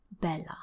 Bella